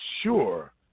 sure